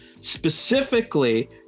Specifically